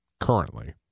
currently